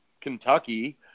Kentucky